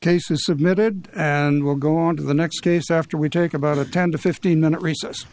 cases submitted and will go on to the next case after we take about a ten to fifteen minute re